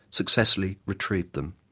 successfully retrieved them.